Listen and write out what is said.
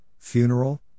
funeral